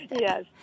Yes